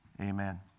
Amen